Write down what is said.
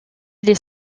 les